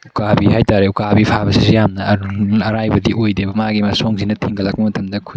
ꯎꯀꯥꯕꯤ ꯍꯥꯏꯇꯔꯦ ꯎꯀꯥꯕꯤ ꯐꯥꯕꯁꯤꯁꯨ ꯌꯥꯝꯅ ꯑꯔꯥꯏꯕꯗꯤ ꯑꯣꯏꯗꯦꯕ ꯃꯥꯒꯤ ꯃꯁꯣꯡꯁꯤꯅ ꯊꯤꯟꯒꯠꯂꯞꯄ ꯃꯇꯝꯗ ꯈꯨꯠ